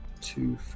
Two